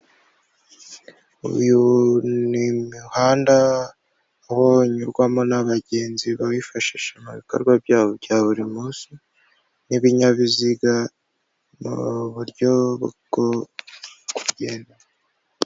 Uyu ni umuhanda, aho unyurwamo n'abagenzi bawifashisha mu bikorwa byabo bya buri munsi, n'ibinyabiziga mu buryo bwo kugenda.